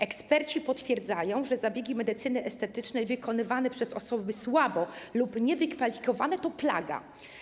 Eksperci potwierdzają, że zabiegi medycyny estetycznej wykonywane przez osoby słabo wykwalifikowane lub niewykwalikowane to plaga.